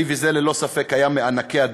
אלי ויזל, ללא ספק, היה מענקי הדור,